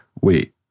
wait